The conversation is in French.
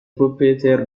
propriétaire